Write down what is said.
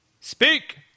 Speak